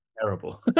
terrible